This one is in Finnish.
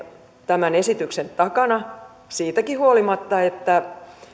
tämän esityksen takana siitäkin huolimatta että